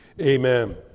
amen